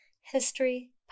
history